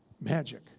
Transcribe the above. magic